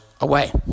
away